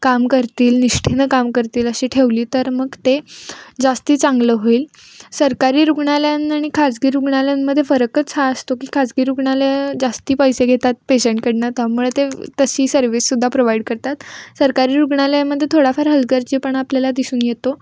काम करतील निष्ठेनं काम करतील अशी ठेवली तर मग ते जास्त चांगलं होईल सरकारी रुग्णालयांना आणि खाजगी रुग्णालयांमध्ये फरकच हा असतो की खाजगी रुग्णालयं जास्त पैसे घेतात पेशंटकडून त्यामुळे ते तशी सर्विस सुद्धा प्रोव्हाइड करतात सरकारी रुग्णालयामध्ये थोडाफार हलगर्जीपणा आपल्याला दिसून येतो